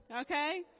Okay